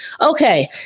Okay